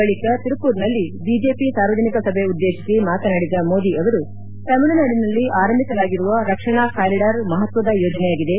ಬಳಿಕ ತಿರುಪೂರ್ನಲ್ಲಿ ಬಿಜೆಪಿ ಸಾರ್ವಜನಿಕ ಸಭೆ ಉದ್ದೇಶಿಸಿ ಮಾತನಾಡಿದ ಮೋದಿ ಅವರು ತಮಿಳುನಾಡಿನಲ್ಲಿ ಆರಂಭಿಸಲಾಗಿರುವ ರಕ್ಷಣಾ ಕಾರಿಡಾರ್ ಮಹತ್ವದ ಯೋಜನೆಯಾಗಿದೆ